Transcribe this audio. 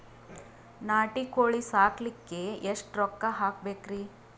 ನಾಟಿ ಕೋಳೀ ಸಾಕಲಿಕ್ಕಿ ಎಷ್ಟ ರೊಕ್ಕ ಹಾಕಬೇಕ್ರಿ?